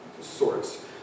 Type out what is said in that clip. sorts